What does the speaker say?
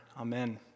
amen